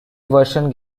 version